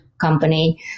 company